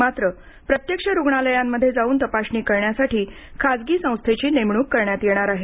मात्र प्रत्यक्ष रुग्णालयांमध्ये जाऊन तपासणी करण्यासाठी खासगी संस्थेची नेमणूक करण्यात येणार आहे